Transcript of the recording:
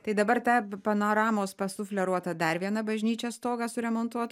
tai dabar tą panoramos pasufleruotą dar vieną bažnyčios stogą suremontuot